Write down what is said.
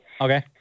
Okay